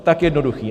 Tak jednoduché.